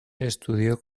estudió